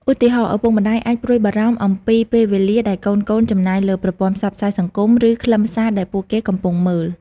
ឧទាហរណ៍ ឪពុកម្តាយអាចព្រួយបារម្ភអំពីពេលវេលាដែលកូនៗចំណាយលើប្រព័ន្ធផ្សព្វផ្សាយសង្គម ឬខ្លឹមសារដែលពួកគេកំពុងមើល។